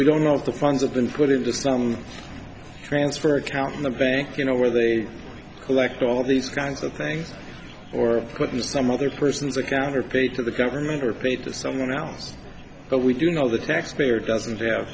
we don't know if the funds have been put into some transfer account in the bank you know where they collect all these kinds of things or put in some other person's account or paid to the government or paid to someone else but we do know the taxpayer doesn't have